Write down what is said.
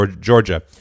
Georgia